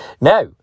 now